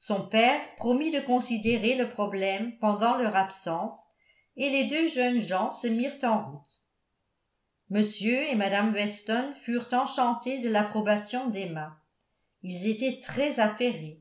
son père promit de considérer le problème pendant leur absence et les deux jeunes gens se mirent en route m et mme weston furent enchantés de l'approbation d'emma ils étaient très affairés